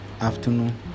afternoon